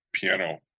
piano